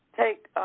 take